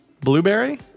Blueberry